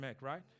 right